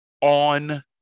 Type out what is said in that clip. on